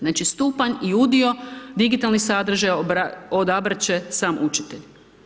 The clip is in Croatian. Znači, stupanj i udio, digitalni sadržaj odabrat će sam učitelj.